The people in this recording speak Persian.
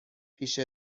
پیش